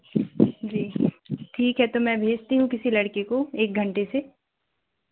जी ठीक है तो मैं भेजती हूँ किसी लड़के को एक घंटे से